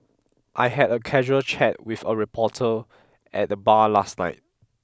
I had a casual chat with a reporter at the bar last night